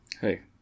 Hey